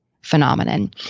phenomenon